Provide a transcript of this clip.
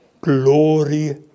glory